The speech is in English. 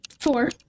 Four